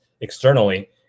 externally